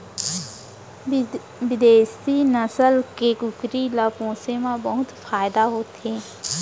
बिदेसी नसल के कुकरी ल पोसे म बहुत फायदा होथे